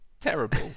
Terrible